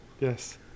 Yes